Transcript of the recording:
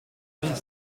mille